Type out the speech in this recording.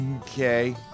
Okay